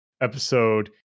episode